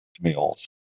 meals